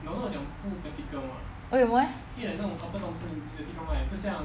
为什么 leh